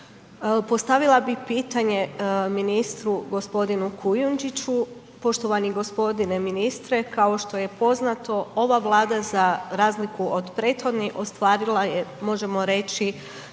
postavila bi pitanje ministru gospodinu Kujundžiću. Poštovani gospodine ministre kao što je poznato ova Vlada za razliku od prethodne ostvarila je možemo reći